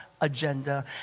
agenda